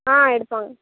ஆ எடுப்பாங்க